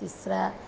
तिस्रः